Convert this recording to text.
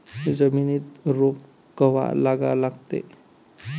जमिनीत रोप कवा लागा लागते?